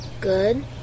good